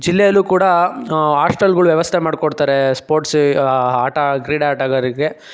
ಜಿಲ್ಲೆಯಲ್ಲೂ ಕೂಡ ಹಾಸ್ಟೆಲ್ಗಳ ವ್ಯವಸ್ಥೆ ಮಾಡ್ಕೊಡ್ತಾರೆ ಸ್ಪೋರ್ಟ್ಸಿ ಆಟ ಕ್ರೀಡೆ ಆಟಗಾರರಿಗೆ